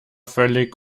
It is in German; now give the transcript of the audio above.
völlig